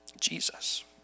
Jesus